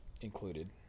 included